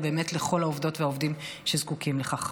באמת לכל העובדות והעובדים שזקוקים לכך.